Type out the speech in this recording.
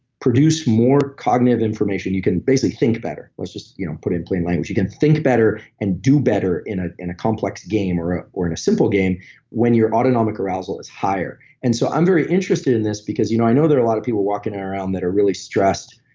produce more cognitive information. you can basically think better. let's just you know put it in plain language you can think better, and do better in ah in a complex game or ah or in a simple game when your autonomic arousal is higher. and so, i'm very interested in this because you know i know there a lot of people walking around that are really stressed,